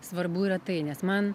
svarbu yra tai nes man